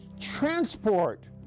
transport